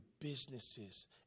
businesses